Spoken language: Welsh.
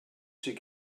sydd